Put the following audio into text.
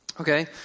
Okay